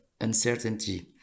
Uncertainty